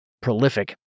prolific